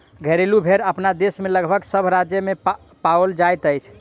घरेलू भेंड़ अपना देश मे लगभग सभ राज्य मे पाओल जाइत अछि